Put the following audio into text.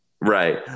Right